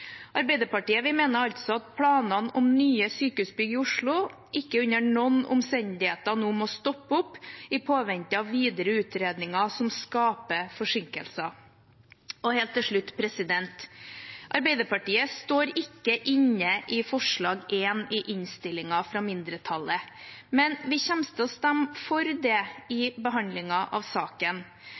Arbeiderpartiet mener altså at planene om nye sykehusbygg i Oslo ikke under noen omstendigheter nå må stoppe opp i påvente av videre utredninger som skaper forsinkelser. Helt til slutt: Arbeiderpartiet står ikke inne i forslag nr. 1 fra mindretallet i innstillingen, men vi kommer til å stemme for det i behandlingen av saken.